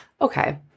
okay